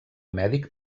mèdic